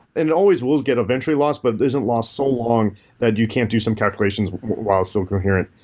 and it always will get a eventually lost, but isn't lost so long that you can't do some calculations while still coherent.